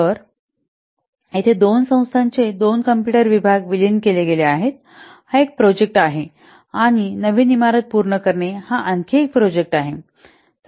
तर येथे दोन संस्थांचे दोन कॉम्प्युटर विभाग विलीन केले गेले आहेत हा एक प्रोजेक्ट आहे आणि नवीन इमारत पूर्ण करणे हा आणखी एक प्रोजेक्ट आहे